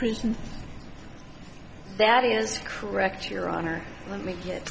prison that is correct your honor let me get